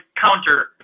counter